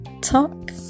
talk